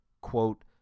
quote